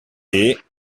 est